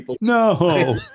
No